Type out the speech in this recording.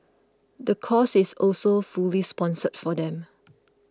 the course is also fully sponsored for them